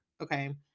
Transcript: okay